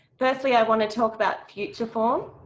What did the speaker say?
firstly, i want to talk about future form,